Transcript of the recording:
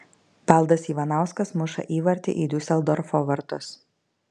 valdas ivanauskas muša įvartį į diuseldorfo vartus